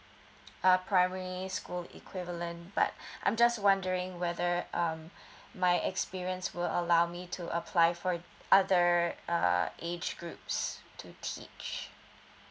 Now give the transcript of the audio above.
uh primary school equivalent but I'm just wondering whether um my experience will allow me to apply for other uh age groups to teach